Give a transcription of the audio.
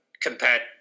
compared